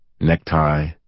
necktie